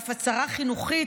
ואף הצהרה חינוכית,